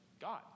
God